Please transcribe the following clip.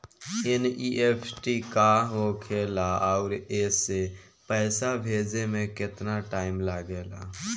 NEFT का होखे ला आउर एसे पैसा भेजे मे केतना टाइम लागेला?